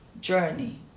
journey